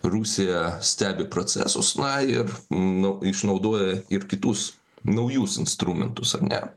rusija stebi procesus na ir nu išnaudoja ir kitus naujus instrumentus ar ne